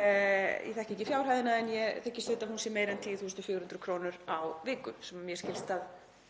Ég þekki ekki fjárhæðina en ég þykist vita að hún sé meira en 10.400 kr. á viku sem mér skilst að